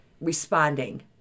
responding